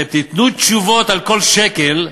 אתם תיתנו תשובות על כל שקל,